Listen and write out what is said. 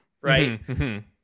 right